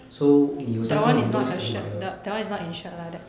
so 你有三高你就不可以买了